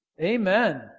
Amen